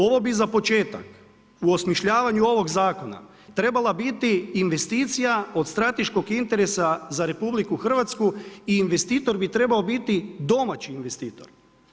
Ovo bi za početak u osmišljavanju ovog zakona treba biti investicija od strateškog interesa za RH i investitor bi trebao biti domaći investitor.